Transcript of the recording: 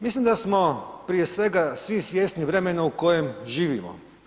Mislim da smo prije svega svi svjesni vremena u kojem živimo.